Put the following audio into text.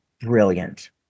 brilliant